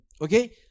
Okay